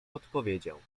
odpowiedział